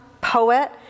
poet